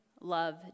love